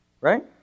Right